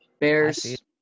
Bears